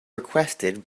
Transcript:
requested